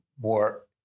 more